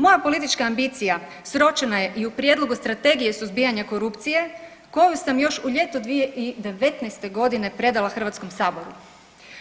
Moja politička ambicija sročena je i u Prijedlogu Strategije suzbijanja korupcije koju sam još u ljeto 2019.g. predala HS-u,